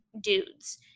dudes